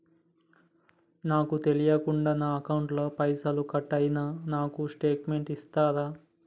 నాకు తెల్వకుండా నా అకౌంట్ ల పైసల్ కట్ అయినై నాకు స్టేటుమెంట్ ఇస్తరా?